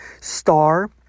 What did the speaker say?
star